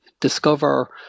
discover